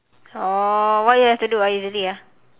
oh what you have to do ah usually ah